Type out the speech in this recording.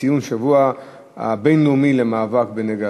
לציון השבוע הבין-לאומי למאבק בנגע הסמים.